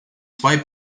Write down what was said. zwei